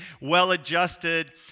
well-adjusted